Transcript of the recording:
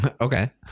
Okay